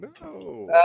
No